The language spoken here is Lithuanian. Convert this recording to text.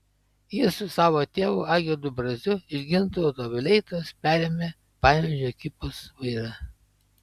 jis su savo tėvu algirdu braziu iš gintauto vileitos perėmė panevėžio ekipos vairą